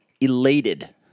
Elated